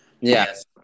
Yes